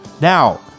Now